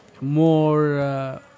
more